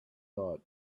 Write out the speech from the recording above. night